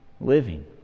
living